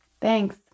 thanks